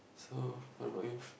so what about you